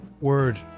word